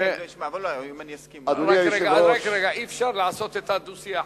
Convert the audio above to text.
רק רגע, אי-אפשר לעשות דו-שיח.